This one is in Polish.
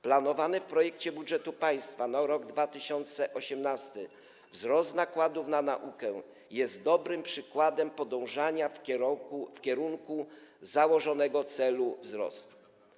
Planowany w projekcie budżetu państwa na rok 2018 wzrost nakładów na naukę jest dobrym przykładem podążania w kierunku założonego celu wzrostu.